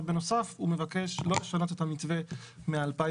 בנוסף הוא מבקש לא לשנות את המתווה מ-2014.